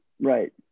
Right